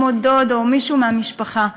כמו דוד או מישהו מהמשפחה.